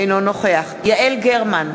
אינו נוכח יעל גרמן,